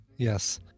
Yes